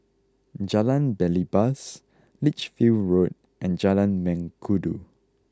Jalan Belibas Lichfield Road and Jalan Mengkudu